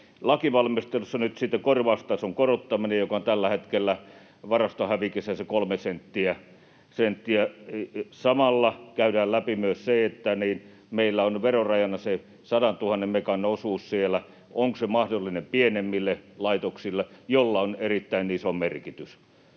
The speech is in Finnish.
lakivalmistelussa käymään läpi korvaustason korottaminen, joka on tällä hetkellä varastohävikissä se 3 senttiä. Samalla käydään läpi se, että kun meillä on verorajana se 100 000 megan osuus siellä, niin onko se mahdollinen pienemmille laitoksille, millä on erittäin iso merkitys.